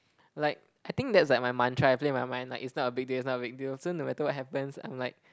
like I think that's like my mantra I play in my mind like it's not a big deal it's not a big deal so no matter what happens I'm like